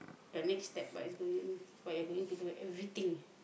the next step what is going what you're going to do everything